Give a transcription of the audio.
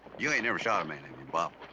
you ain't never shot a man, have you, bob?